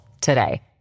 today